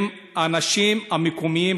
אם האנשים המקומיים,